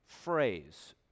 phrase